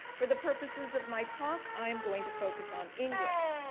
for the purposes of my talk, i am going to focus on english.